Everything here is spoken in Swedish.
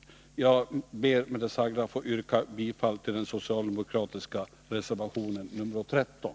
Med det sagda, herr talman, ber jag att få yrka bifall till den sociaidemokratiska reservationen nr 13.